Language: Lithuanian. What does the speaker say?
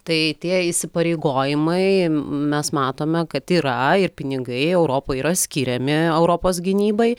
tai tie įsipareigojimai mes matome kad yra ir pinigai europoj yra skiriami europos gynybai